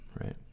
right